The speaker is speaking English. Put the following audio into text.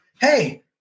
hey